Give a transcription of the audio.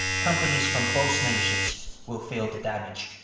companies from both nations will feel the damage.